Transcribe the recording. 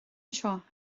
anseo